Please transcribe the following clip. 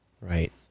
Right